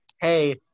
hey